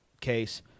case